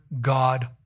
God